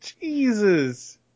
Jesus